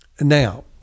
Now